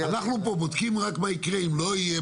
אנחנו פה בודקים רק מה יקרה אם לא תהיה